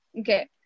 Okay